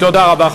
תודה רבה,